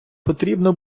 потрібно